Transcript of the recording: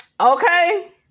okay